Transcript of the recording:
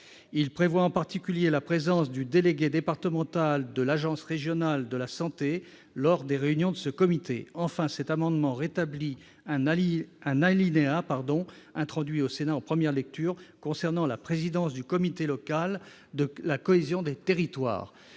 à prévoir, en particulier, la présence du délégué départemental de l'agence régionale de santé. Enfin, cet amendement tend à rétablir un alinéa introduit au Sénat en première lecture concernant la présidence du comité local de la cohésion territoriale.